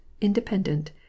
Independent